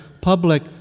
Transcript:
public